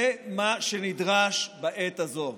זה מה שנדרש בעת הזו.